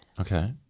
Okay